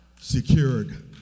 secured